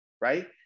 Right